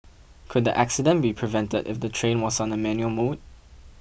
could the accident be prevented if the train was on a manual mode